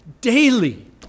daily